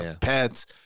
pets